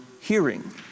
hearing